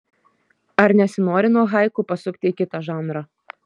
ar nesinori nuo haiku pasukti į kitą žanrą